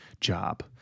job